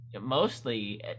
mostly